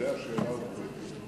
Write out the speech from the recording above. לגבי השאלה המובהקת,